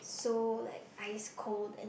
so like ice cold and